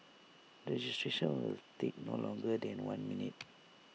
registration will take no longer than one minute